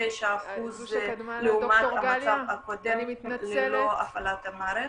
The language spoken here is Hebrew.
ב-99% לעומת המצב הקודם ללא הפעלת המערכת.